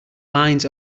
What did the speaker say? lines